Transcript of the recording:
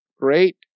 Great